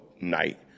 night